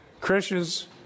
Christians